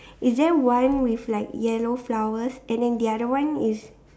is there one with like yellow flowers and then the other one is